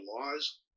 laws